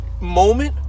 moment